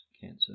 cancer